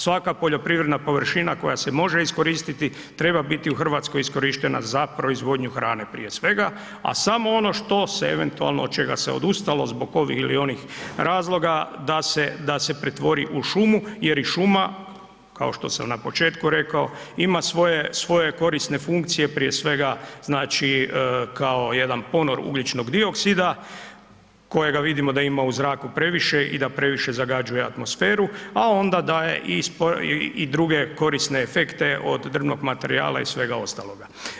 Svaka poljoprivredna površina koja se može iskoristiti treba biti u Hrvatskoj iskorištena za proizvodnju hrane, prije svega, a samo ono što se eventualno od čega se odustalo zbog ovih ili onih razloga, da se pretvori u šumu jer i šuma kao što sam na početku rekao ima svoje korisne funkcije prije svega, znači kao jedan ponor ugljičnog dioksida kojega vidimo da ima u zraku previše i da previše zagađuje atmosferu, a onda daje i druge korisne efekte od drvnog materijala i svega ostaloga.